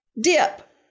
dip